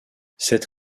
cette